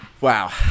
wow